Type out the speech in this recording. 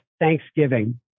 Thanksgiving